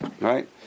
right